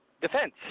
defense